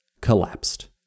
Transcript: collapsed